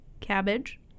cabbage